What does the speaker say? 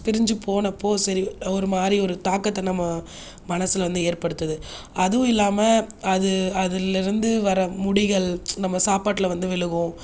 பிரிஞ்சு போன போது சரி ஒரு மாதிரி ஒரு தாக்கத்தை மனசில் வந்து ஏற்படுத்துது அதுவும் இல்லாமல் அது அதிலிருந்து வர முடிகள் நம்ம சாப்பாட்டில் வந்து விழுகும்